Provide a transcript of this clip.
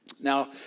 now